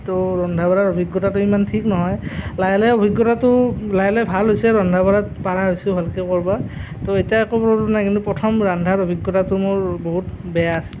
ত' ৰন্ধা বঢ়াৰ অভিজ্ঞতাটো ইমান ঠিক নহয় লাহে লাহে অভিজ্ঞতাটো লাহে লাহে ভাল হৈছে ৰন্ধা বঢ়াত পৰা হৈছোঁ ভালকে কৰিব ত' এতিয়া কোনো হেৰি নাই কিন্তু প্ৰথম ৰন্ধাৰ অভিজ্ঞতাটো মোৰ বহুত বেয়া আছিল